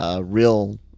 real